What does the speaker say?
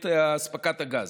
את אספקת הגז.